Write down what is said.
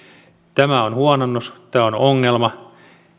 tämä on huononnus tämä on ongelma